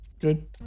Good